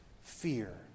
fear